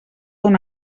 una